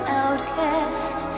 outcast